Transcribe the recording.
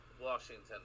Washington